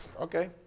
okay